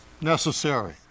necessary